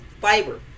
fiber